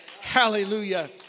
Hallelujah